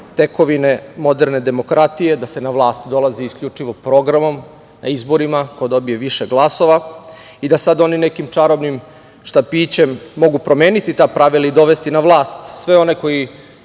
tekovine moderne demokratije, da se na vlast dolazi isključivo programom, na izborima, ko dobije više glasova i da sada oni nekim čarobnim štapićem mogu promeniti ta pravila i dovesti na vlast sve one koji